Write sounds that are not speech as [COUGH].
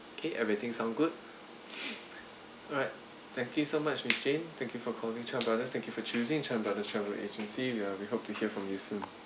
okay everything sounds good [BREATH] alright thank you so much miss chin thank you for calling Chan brothers thank you for choosing Chan brothers travel agency ya we hope to hear from you soon